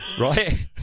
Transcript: Right